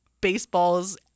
baseball's